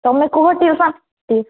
ତୁମେ କୁହ ଟିଉସନ୍ ଟି